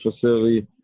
facility